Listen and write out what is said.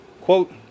quote